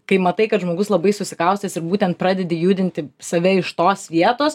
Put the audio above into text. kai matai kad žmogus labai susikaustęs ir būtent pradedi judinti save iš tos vietos